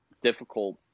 difficult